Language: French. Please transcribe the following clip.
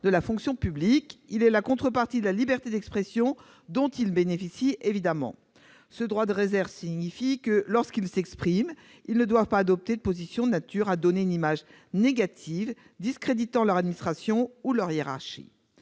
de la fonction publique comme contrepartie de la liberté d'expression dont ces derniers bénéficient. Ce devoir de réserve implique que, lorsqu'ils s'expriment, les agents ne doivent pas adopter de position de nature à donner une image négative, discréditant leur administration ou leur hiérarchie.